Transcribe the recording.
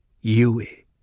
Yui